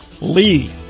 Lee